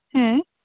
ᱦᱮᱸ